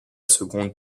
seconde